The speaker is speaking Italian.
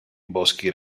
boschi